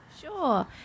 sure